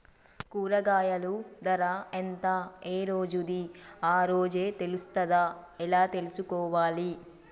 కూరగాయలు ధర ఎంత ఏ రోజుది ఆ రోజే తెలుస్తదా ఎలా తెలుసుకోవాలి?